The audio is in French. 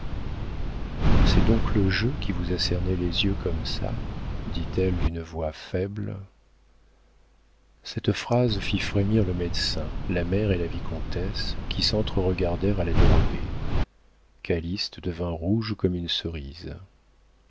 c'est donc le jeu qui vous a cerné les yeux comme ça dit-elle d'une voix faible cette phrase fit frémir le médecin la mère et la vicomtesse qui s'entre-regardèrent à la dérobée calyste devint rouge comme une cerise